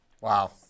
Wow